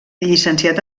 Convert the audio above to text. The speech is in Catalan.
llicenciat